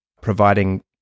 providing